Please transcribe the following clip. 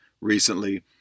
recently